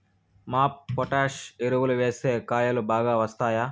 MOP potash ఎరువులు వేస్తే కాయలు బాగా వస్తాయా?